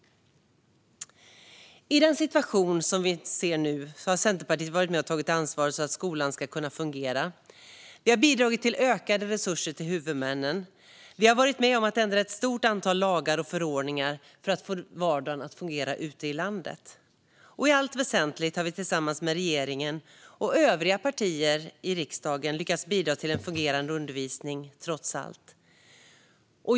I den situation vi ser nu har Centerpartiet varit med och tagit ansvar för att skolan ska kunna fungera. Vi har bidragit till ökade resurser till huvudmännen, och vi har varit med och ändrat ett stort antal lagar och förordningar för att få vardagen att fungera ute i landet. I allt väsentligt har vi också tillsammans med regeringen och övriga partier i riksdagen lyckats bidra till en fungerande undervisning, trots allt.